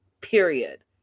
Period